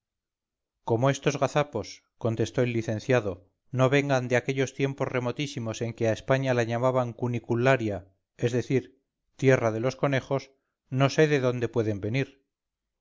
como estos gazapos contestó el licenciado no vengan de aquellos tiempos remotísimos en que a españa la llaman cunicullaria es decir tierra de los conejos no sé de dónde pueden venir